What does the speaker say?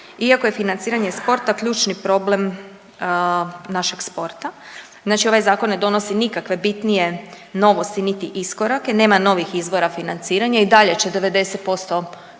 iako je financiranje sporta ključni problem našeg sporta. Znači ovaj zakon ne donosi nikakve bitnije novosti niti iskorake, nema novih izvora financiranja i dalje će 90% sporta